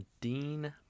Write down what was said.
Dean